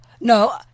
No